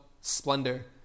splendor